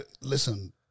listen